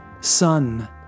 Son